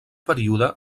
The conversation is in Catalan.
període